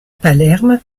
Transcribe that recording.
palerme